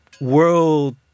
world